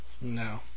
No